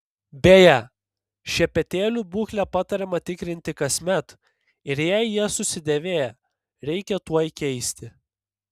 beje šepetėlių būklę patariama tikrinti kasmet ir jei jie susidėvėję reikia tuoj keisti